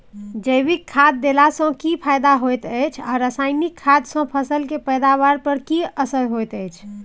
जैविक खाद देला सॅ की फायदा होयत अछि आ रसायनिक खाद सॅ फसल के पैदावार पर की असर होयत अछि?